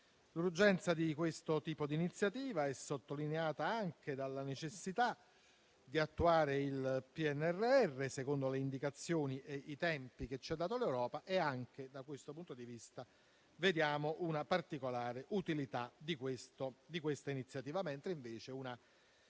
L'urgenza di questo tipo d'iniziativa è sottolineata anche dalla necessità di attuare il PNRR secondo le indicazioni e i tempi che ci ha dato l'Europa. Anche da questo punto di vista, vediamo dunque la particolare utilità di questa iniziativa, mentre una